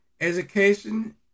Education